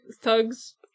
thugs